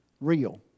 real